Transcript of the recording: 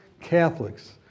Catholics